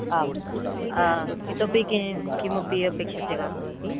आं इतोऽपि किं किमपि अपेक्ष्यते वा भवती